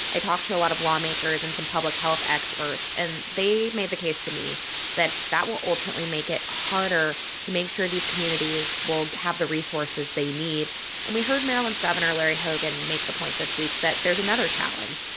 i talked to a lot of lawmakers and some public health experts, and they made the case to me that that will ultimately make it harder to make sure these communities will have the resources they need and we heard maryland's gov. and larry hogan and make the point this week that there's another challenge,